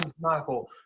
Michael